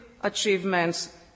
achievements